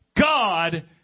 god